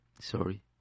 sorry